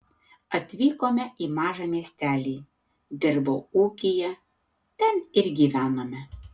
atvykome į mažą miestelį dirbau ūkyje ten ir gyvenome